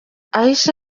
aisha